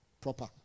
proper